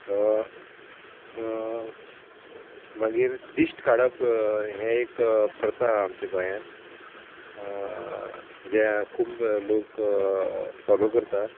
मागीर दिश्ट काडप हें एक प्रथा आहा आमच्या गोंयांत जें खूब लोक फोलो करता